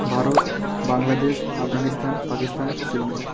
Bharat Bangladesh Afghanistan Pakistan Sri Lanka